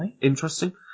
interesting